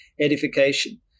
edification